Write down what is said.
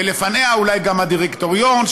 ולפניה אולי גם הדירקטוריון,